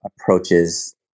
approaches